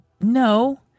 no